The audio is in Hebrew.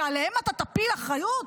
ועליהם אתה תפיל אחריות,